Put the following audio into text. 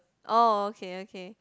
oh okay okay